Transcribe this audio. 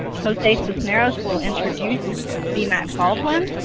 jose cisneros will introduce v. mac baldwin.